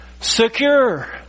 Secure